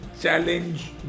challenge